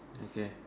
okay